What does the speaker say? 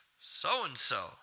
so-and-so